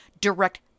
direct